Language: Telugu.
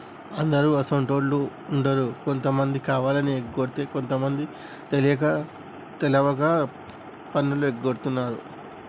అందరు అసోంటోళ్ళు ఉండరు కొంతమంది కావాలని ఎగకొడితే కొంత మంది తెలిసి తెలవక పన్నులు ఎగగొడుతున్నారు